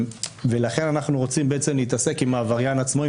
לכן אנחנו רוצים בעצם להתעסק עם העבריין עצמו,